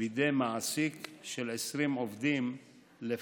בידי מעסיק של 20 עובדים לפחות.